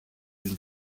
den